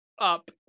Up